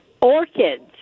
orchids